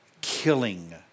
killing